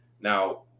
Now